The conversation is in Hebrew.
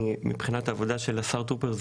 מבחינת העבודה של השר טרופר,